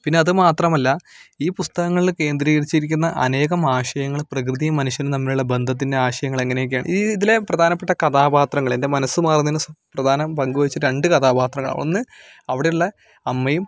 പിന്നെ അത് മാത്രമല്ല ഈ പുസ്തകങ്ങളില് കേന്ദ്രീകരിച്ചിരിക്കുന്ന അനേകം ആശയങ്ങള് പ്രകൃതിയും മനുഷ്യനും തമ്മിലുള്ള ബന്ധത്തിന്റെ ആശയങ്ങള് എങ്ങനെയൊക്കെയാണ് ഈ ഇതിലെ പ്രധാനപ്പെട്ട കഥാപാത്രങ്ങള് എൻ്റെ മനസ്സ് മാറുന്നതിന് സു പ്രധാന പങ്ക് വഹിച്ചത് രണ്ട് കഥാപാത്രങ്ങളാണ് ഒന്ന് അവിടെ ഉള്ള അമ്മയും